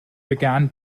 began